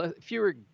fewer